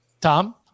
Tom